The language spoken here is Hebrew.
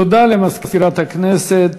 תודה למזכירת הכנסת.